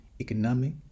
economic